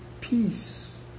peace